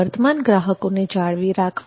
વર્તમાન ગ્રાહકોને જાળવી રાખવા